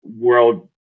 world